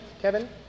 Kevin